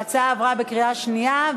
ההצעה עברה בקריאה שנייה.